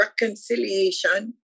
reconciliation